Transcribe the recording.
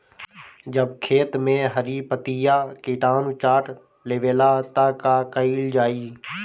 जब खेत मे हरी पतीया किटानु चाट लेवेला तऽ का कईल जाई?